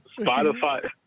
Spotify